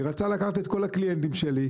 רצה לקחת את כל הקליינטים שלי,